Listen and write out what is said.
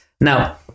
Now